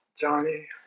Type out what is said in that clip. Johnny